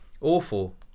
awful